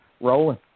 rolling